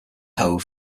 hove